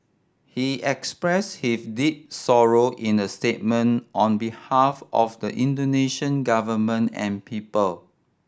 he expressed his deep sorrow in a statement on behalf of the Indonesian Government and people